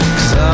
Cause